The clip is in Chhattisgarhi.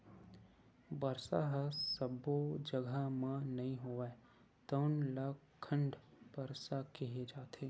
बरसा ह सब्बो जघा म नइ होवय तउन ल खंड बरसा केहे जाथे